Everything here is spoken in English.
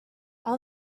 all